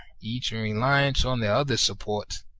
each in reliance on the others' support,